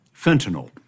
fentanyl